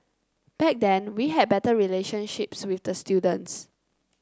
back then we had better relationships with the students